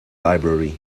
library